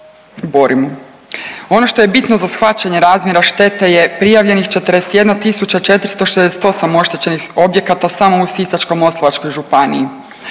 borimo. Ono što je bitno za shvaćanje razmjera štete je prijavljenih 41.468 oštećenih objekata samo u Sisačko-moslavačkoj županiji.